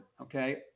okay